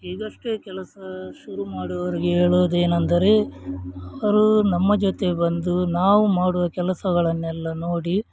ಈಗಷ್ಟೇ ಕೆಲಸ ಶುರು ಮಾಡುವರಿಗೆ ಹೇಳುವುದೇನೆಂದರೆ ಅವರು ನಮ್ಮ ಜೊತೆ ಬಂದು ನಾವು ಮಾಡುವ ಕೆಲಸಗಳನ್ನೆಲ್ಲ ನೋಡಿ